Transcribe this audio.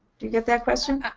do you get that question?